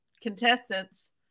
contestants